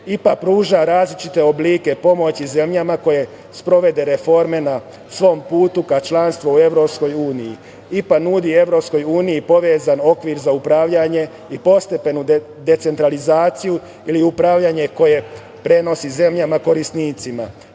IPA pruža različite oblike pomoći zemljama koje sprovode reforme na svom putu ka članstvu u EU, IPA nudi EU povezan okvir za upravljanje i postepenu decentralizaciju ili upravljanje koje prenosi zemljama korisnicima.